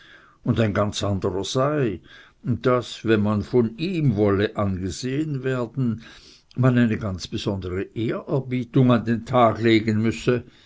und ein ganz anderer sei und daß wenn man von ihm wolle angesehen werden man eine ganz besondere ehrerbietung an den tag legen müsse